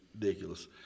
ridiculous